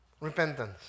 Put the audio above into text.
Repentance